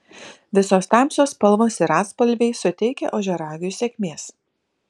visos tamsios spalvos ir atspalviai suteikia ožiaragiui sėkmės